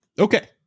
okay